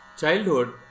childhood